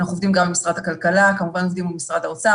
ואנחנו עובדים גם עם משרד הכלכלה וכמובן עובדים עם משרד האוצר,